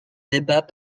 débat